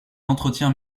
entretien